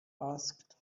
asked